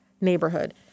neighborhood